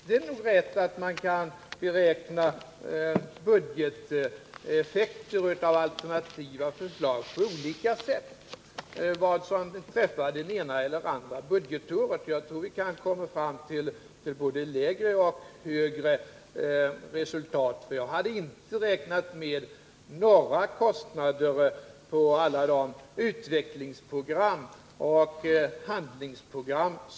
Det är nog riktigt att man kan beräkna budgeteffekter av alternativa förslag på olika sätt — vad som träffar det ena eller andra budgetåret. Jag tror att vi kan komma till både lägre och högre resultat, för jag hade inte räknat med några kostnader på alla utvecklingsprogram och handlingsprogram.